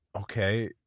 okay